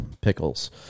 pickles